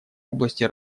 области